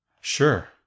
Sure